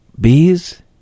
bees